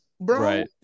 bro